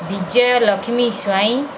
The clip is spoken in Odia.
ବିଜୟଲକ୍ଷ୍ମୀ ସ୍ୱାଇଁ